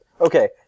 Okay